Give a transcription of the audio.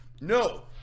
No